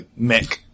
Mick